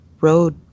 road